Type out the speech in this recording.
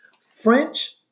French